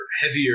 heavier